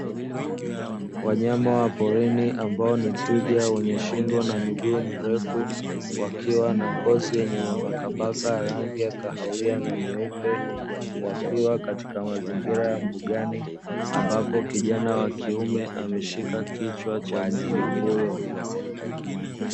Wanyama wa porini ambao ni twiga wenye shingo na miguu mirefu wakiwa na ngozi yenye mabakabaka ya rangi ya kahawia na nyeupe, wakiwa katika mazingira ya mbugani ambao kijana wa kiume ameshika kichwa cha mnyama huyo.